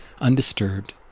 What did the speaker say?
undisturbed